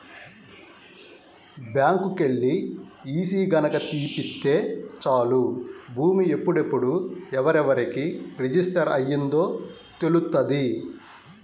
బ్యాంకుకెల్లి ఈసీ గనక తీపిత్తే చాలు భూమి ఎప్పుడెప్పుడు ఎవరెవరికి రిజిస్టర్ అయ్యిందో తెలుత్తది